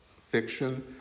fiction